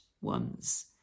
ones